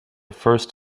first